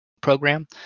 program